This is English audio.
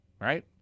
Right